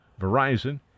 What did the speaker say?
Verizon